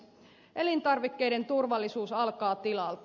elintarvikkeiden turvallisuus alkaa tilalta